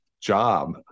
job